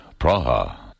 Praha